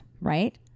right